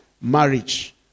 Marriage